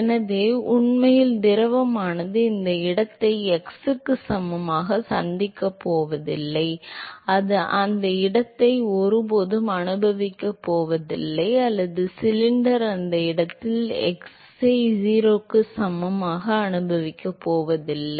எனவே உண்மையில் திரவமானது இந்த இடத்தை x க்கு சமமாக சந்திக்கப் போவதில்லை அது அந்த இடத்தை ஒருபோதும் அனுபவிக்கப் போவதில்லை அல்லது சிலிண்டர் அந்த இடத்தில் x 0க்கு சமமான திரவத்தை ஒருபோதும் அனுபவிக்கப் போவதில்லை